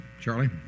Charlie